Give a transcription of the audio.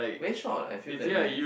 very short I feel that way